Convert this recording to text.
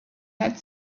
had